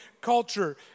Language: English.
culture